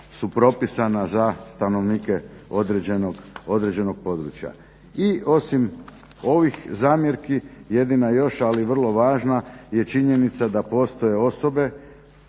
su propisana za stanovnike određenog područja. I osim ovih zamjerki, jedina još ali vrlo važna je činjenica da postoje osobe